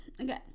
okay